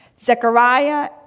Zechariah